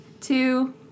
Two